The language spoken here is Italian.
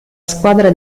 squadra